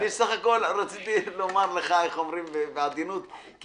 בסך הכול רציתי לומר לך בעדינות כי